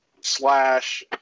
slash